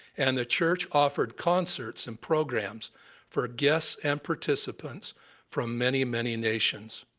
and the church offered concerts and programs for guests and participants from many, many nations.